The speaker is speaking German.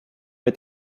mit